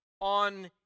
on